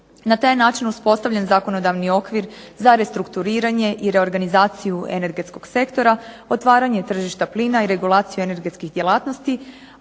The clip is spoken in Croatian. Na taj je način uspostavljen zakonodavni okvir za restrukturiranje i reorganizaciju energetskog sektora, otvaranje tržišta plina i regulaciju energetskih djelatnosti,